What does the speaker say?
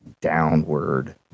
downward